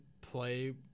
play